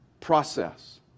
process